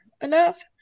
enough